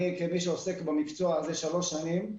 אני, כמי שעוסק במקצוע הזה שלוש שנים,